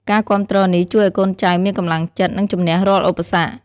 ការគាំទ្រនេះជួយឲ្យកូនចៅមានកម្លាំងចិត្ត និងជំនះរាល់ឧបសគ្គ។